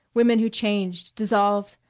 women who changed, dissolved,